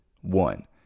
One